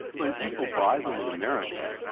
when people buy them in america,